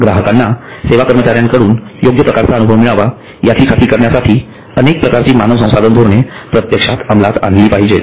ग्राहकांना सेवा कर्मचार्यांकडून योग्य प्रकारचा अनुभव मिळावा याची खात्री करण्यासाठी अनेक प्रकारची मानव संसाधन धोरणे प्रत्यक्षात अमलात आणली पाहिजेत